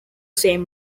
same